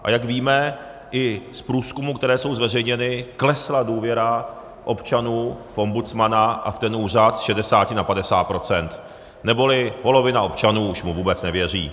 A jak víme i z průzkumů, které jsou zveřejněny, klesla důvěra občanů v ombudsmana a v ten úřad z 60 na 50 %, neboli polovina občanů už mu vůbec nevěří.